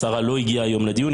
השרה לא הגיעה היום לדיון,